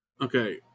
Okay